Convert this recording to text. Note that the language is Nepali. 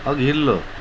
अघिल्लो